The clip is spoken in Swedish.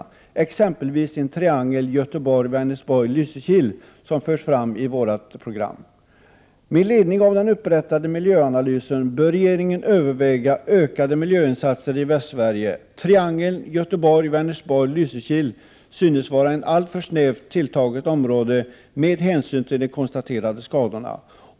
Detta kan exempelvis bli fallet i triangeln Göteborg-Vänersborg-Lysekil. Detta förs fram i vårt program. Med ledning av den upprättade miljöanalysen bör regeringen överväga ökade miljöinsatser i Västsverige. Triangeln Göteborg-Vänersborg-Lysekil synes vara ett alltför snävt tilltaget område med hänsyn till de konstaterade skadorna.